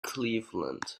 cleveland